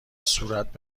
صورت